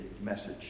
message